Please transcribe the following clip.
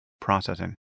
processing